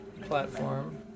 platform